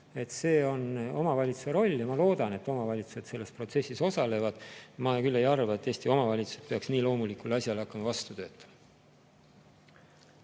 See on omavalitsuse roll. Ja ma loodan, et omavalitsused selles protsessis osalevad. Ma küll ei arva, et Eesti omavalitsused peaksid nii loomulikule asjale hakkama vastu töötama.